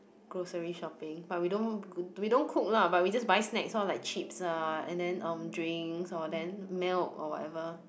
grocery shopping but we don't we don't cook lah but we just buy snacks orh like chips ah and then um drinks or then milk or whatever